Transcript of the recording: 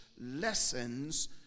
lessons